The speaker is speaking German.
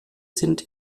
sind